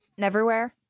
Neverwhere